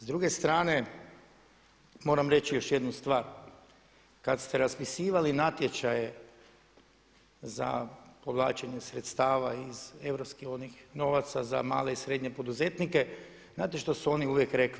S druge strane moram reći još jednu stvar, kad ste raspisivali natječaje za povlačenje sredstava iz europskih novaca za male i srednje poduzetnike znate što su oni uvijek rekli?